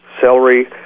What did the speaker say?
celery